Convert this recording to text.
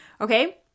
okay